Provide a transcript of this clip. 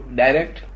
direct